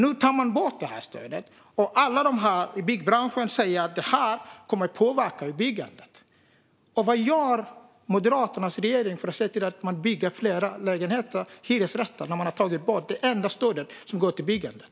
Nu tar man bort stödet. Alla i byggbranschen säger att det kommer att påverka byggandet. Vad gör Moderaternas regering för att se till att man bygger fler hyresrätter när den har tagit bort det enda stödet som går till byggandet?